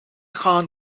gaan